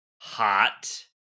hot